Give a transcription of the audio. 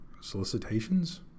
solicitations